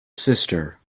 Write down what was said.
sister